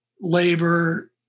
labor